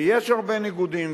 ויש הרבה ניגודים,